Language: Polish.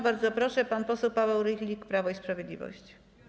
Bardzo proszę, pan poseł Paweł Rychlik, Prawo i Sprawiedliwość.